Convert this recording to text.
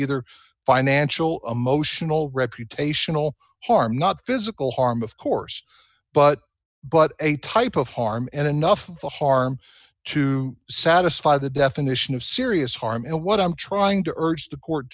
either financial or emotional reputational harm not physical harm of course but but a type of harm and enough of the harm to satisfy the definition of serious harm and what i'm trying to urge the court